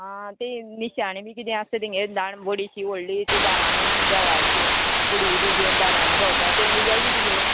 आं ती निश्यानी बी किदें आसता तिंगे दा बोडीची व्हडली ती दारांनी देवाची बुडी बी घेवन दारांनी भोंवता तें बी काय किदें गे